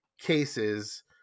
cases